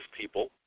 people